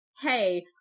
Hey